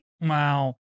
Wow